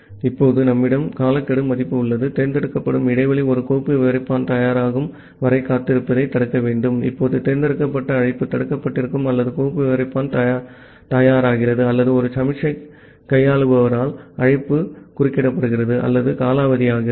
இப்போது நம்மிடம் காலக்கெடு மதிப்பு உள்ளது தேர்ந்தெடுக்கும் இடைவெளி ஒரு கோப்பு விவரிப்பான் தயாராகும் வரை காத்திருப்பதைத் தடுக்க வேண்டும் இப்போது தேர்ந்தெடுக்கப்பட்ட அழைப்பு தடுக்கப்பட்டிருக்கும் அல்லது கோப்பு விவரிப்பான் தயாராகிறது அல்லது ஒரு சமிக்ஞை கையாளுபவரால் அழைப்பு குறுக்கிடப்படுகிறது அல்லது காலாவதியாகிறது